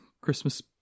Christmas